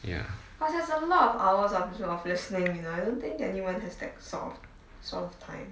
ya